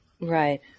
Right